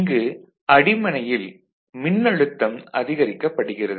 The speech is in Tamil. இங்கு அடிமனையில் மின்னழுத்தம் அதிகரிக்கப்படுகிறது